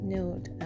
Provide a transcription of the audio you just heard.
note